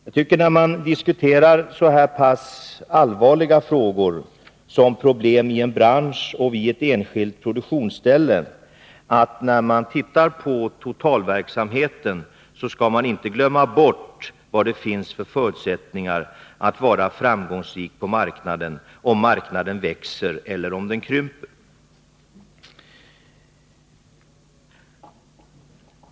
Jag tycker att man, när man diskuterar så allvarliga frågor som problemen för en bransch och totalverksamheten för ett enskilt produktionsställe, inte skall glömma bort vilka förutsättningar som finns för framgång på marknaden med tanke på om denna växer eller krymper.